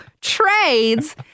trades